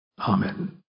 Amen